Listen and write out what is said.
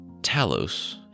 Talos